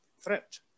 threat